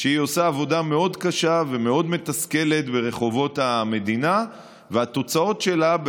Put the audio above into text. שהיא עושה עבודה מאוד קשה ומאוד מתסכלת ברחובות המדינה והתוצאות שלה,